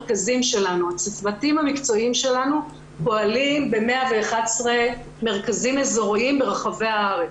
הצוותים המקצועיים שלנו פועלים ב-111 מרכזים אזוריים ברחבי הארץ.